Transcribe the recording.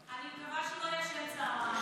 אני מקווה שהוא לא ישן צוהריים.